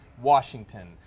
Washington